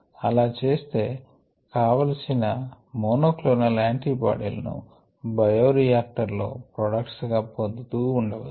ఆలా చేస్తే కావలిసిన మోనోక్లోనల్ యాంటీ బాడీ లను బయోరియాక్టర్ లో ప్రొడక్ట్స్తో గా పొందుతూ ఉండవచ్చు